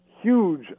huge